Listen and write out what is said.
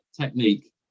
technique